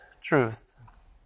truth